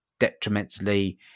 detrimentally